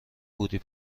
بودی